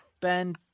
ben